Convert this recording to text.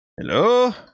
Hello